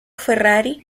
ferrari